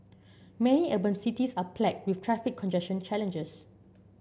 many urban cities are plagued with traffic congestion challenges